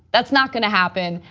that's not going to happen.